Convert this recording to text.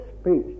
speech